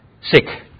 sick